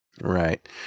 Right